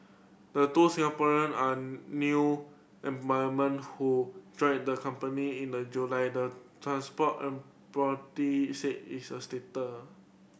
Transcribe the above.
the two Singaporean are new employment who joined the company in the July the transport operator said is a stater